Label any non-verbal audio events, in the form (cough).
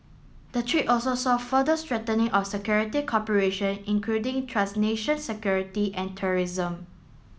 the trip also saw further strengthening of security cooperation including (unintelligible) security and terrorism